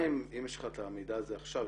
אם יש לך את המידע הזה עכשיו,